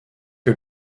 que